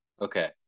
Okay